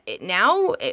Now